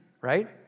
right